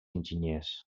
enginyers